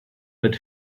but